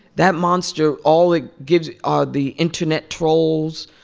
that monster all it gives are the internet trolls,